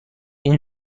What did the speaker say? این